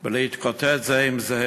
בלהתקוטט זה עם זה,